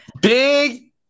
Big